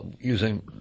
using